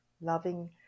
loving